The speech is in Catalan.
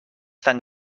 tan